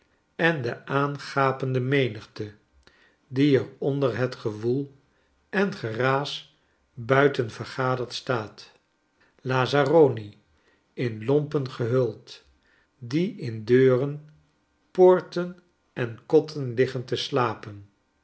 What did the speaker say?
voorstellen ende aangapende menigte die er onder het gewoel en geraas buiten vergaderd staat lazzaroni in lornpen gehuld die in deuren poorten en kotten liggen te slapen